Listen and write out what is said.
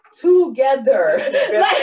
together